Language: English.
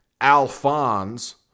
Alphonse